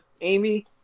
Amy